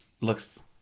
looks